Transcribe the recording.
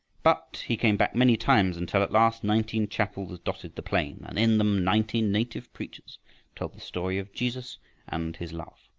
but he came back many times, until at last nineteen chapels dotted the plain, and in them nineteen native preachers told the story of jesus and his love.